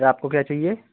sir आपको क्या चाहिए